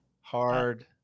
Hard